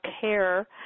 care